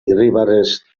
irribarrez